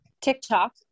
TikTok